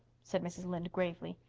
said mrs. lynde gravely.